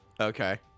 Okay